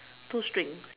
two string